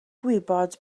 gwybod